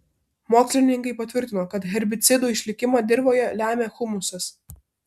mokslininkai patvirtino kad herbicidų išlikimą dirvoje lemia humusas